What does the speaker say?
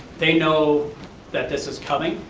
they know that this is coming,